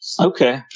Okay